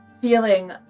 feeling